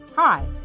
Hi